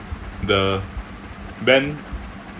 the men